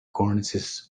cornices